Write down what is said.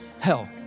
Hell